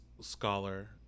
scholar